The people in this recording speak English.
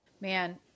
Man